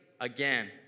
again